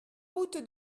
route